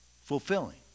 fulfilling